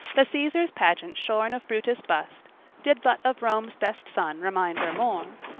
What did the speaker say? the caesar's pageant shorn of brutus' bust did but of rome's best son remind her more,